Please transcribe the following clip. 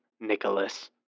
Nicholas